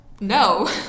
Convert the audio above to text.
No